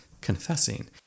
confessing